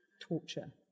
torture